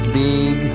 big